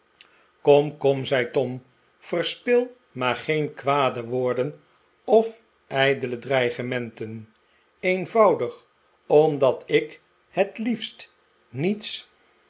kom kom zei tom verspil maar geen kwade woorden of ijdele dreigementen eenvoudig omdat ik het liefst niets